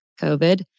COVID